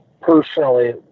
personally